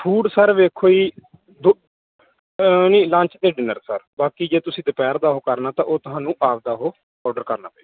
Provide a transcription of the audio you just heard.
food sir ਵੇਖੋ ਜੀ ਦੋ ਨਹੀਂ ਲੰਚ ਅਤੇ ਡਿਨਰ ਸਰ ਬਾਕੀ ਜੇ ਤੁਸੀਂ ਦੁਪਹਿਰ ਦਾ ਉਹ ਕਰਨਾ ਤਾਂ ਉਹ ਤੁਹਾਨੂੰ ਆਪਣਾ ਉਹ ਔਡਰ ਕਰਨਾ ਪਏਗਾ